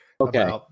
Okay